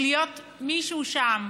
או להיות מישהו שם.